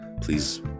Please